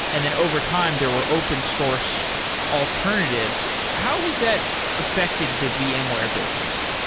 and then over time, there were open source alternatives. how has that affected the vmware business?